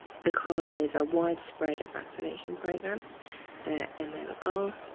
because there's a widespread vaccination program the um um ah